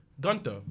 Gunther